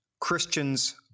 christians